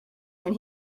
when